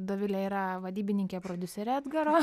dovilė yra vadybininkė prodiuserė edgaro